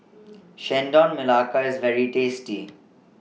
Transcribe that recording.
Chendol Melaka IS very tasty